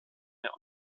mehr